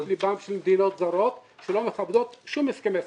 ליבן של מדינות זרות שלא מכבדות שום הסכמי סחר.